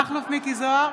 מכלוף מיקי זוהר,